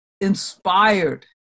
inspired